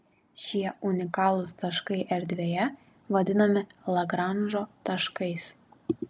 šie unikalūs taškai erdvėje vadinami lagranžo taškais